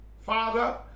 Father